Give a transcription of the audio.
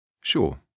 Sure